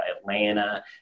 Atlanta